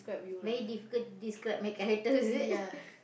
very difficult describe my character is it